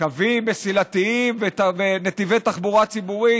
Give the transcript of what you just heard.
קווים מסילתיים ונתיבי תחבורה ציבורית,